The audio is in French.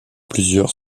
plusieurs